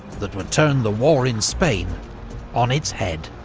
that would turn the war in spain on its head.